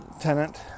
tenant